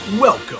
Welcome